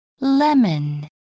lemon